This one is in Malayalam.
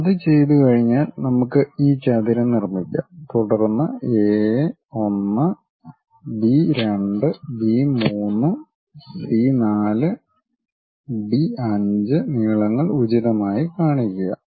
അത് ചെയ്തുകഴിഞ്ഞാൽ നമുക്ക് ഈ ചതുരം നിർമ്മിക്കാം തുടർന്ന് A 1 B 2 B 3 C 4 D 5 നീളങ്ങൾ ഉചിതമായി കൊടുക്കുക